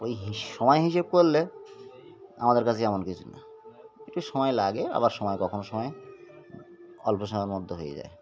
ওই সময় হিসেব করলে আমাদের কাছে এমন কিছু না একটু সময় লাগে আবার সময় কখনও সময় অল্প সময়ের মধ্যে হয়ে যায়